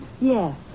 Yes